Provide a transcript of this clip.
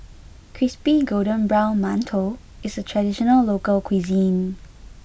Crispy Golden Brown Mantou is a traditional local cuisine